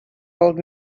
old